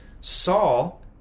Saul